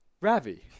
Ravi